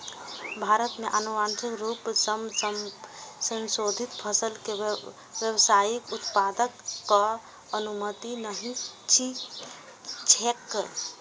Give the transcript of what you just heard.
भारत मे आनुवांशिक रूप सं संशोधित फसल के व्यावसायिक उत्पादनक अनुमति नहि छैक